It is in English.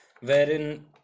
Wherein